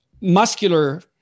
muscular